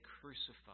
crucified